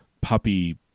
puppy